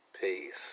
Peace